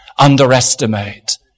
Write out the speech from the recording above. Underestimate